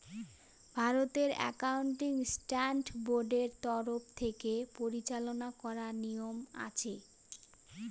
ভারতের accounting standard বোর্ডের তরফ থেকে পরিচালনা করার নিয়ম আছে